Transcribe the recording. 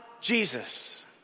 Jesus